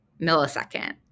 millisecond